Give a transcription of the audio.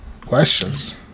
Questions